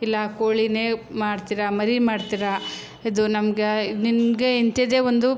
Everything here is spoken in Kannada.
ಇಲ್ಲ ಕೋಳಿಯೇ ಮಾಡ್ತೀರಾ ಮರಿ ಮಾಡ್ತೀರಾ ಇದು ನಮ್ಗೆ ನಿಮಗೆ ಇಂಥದ್ದೇ ಒಂದು